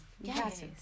Yes